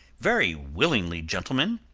very willingly, gentlemen,